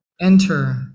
enter